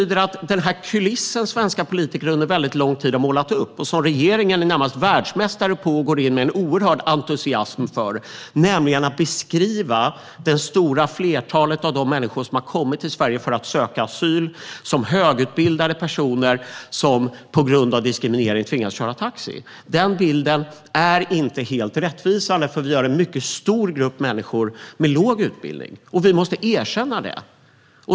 Den bild svenska politiker under väldigt lång tid har målat upp och som regeringen närmast är världsmästare på och går in för med en oerhörd entusiasm, nämligen att det stora flertalet av de människor som har kommit till Sverige för att söka asyl är högutbildade personer som på grund av diskriminering tvingas köra taxi, är inte helt rättvisande. Det är en kuliss. Vi har en mycket stor grupp människor med låg utbildning, och vi måste erkänna det.